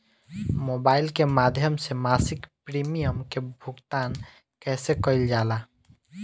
Mobile के माध्यम से मासिक प्रीमियम के भुगतान कैसे कइल जाला?